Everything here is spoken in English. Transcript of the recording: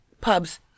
Pubs